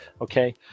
okay